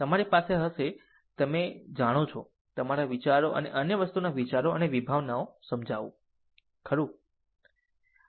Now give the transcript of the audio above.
તમારી પાસે હશે તેવું તમે પણ જાણો છો અમારા વિચારો અને અન્ય વસ્તુઓના વિચારો અને વિભાવનાઓ સમજાવું ખરું